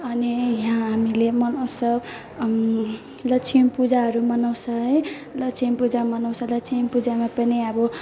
अनि यहाँ हामीले मनाउँछौँ लक्ष्मीपूजाहरू मनाउँछौँ है लक्ष्मीपूजा मनाउँछौँ लक्ष्मीपूजामा पनि अब